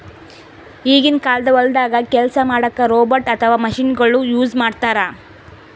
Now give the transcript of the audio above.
ಈಗಿನ ಕಾಲ್ದಾಗ ಹೊಲ್ದಾಗ ಕೆಲ್ಸ್ ಮಾಡಕ್ಕ್ ರೋಬೋಟ್ ಅಥವಾ ಮಷಿನಗೊಳು ಯೂಸ್ ಮಾಡ್ತಾರ್